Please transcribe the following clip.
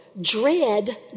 Dread